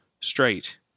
straight